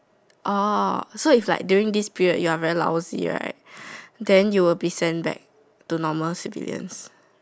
orh so it's like during this period you are very lousy right then you will be sent back to normal civilian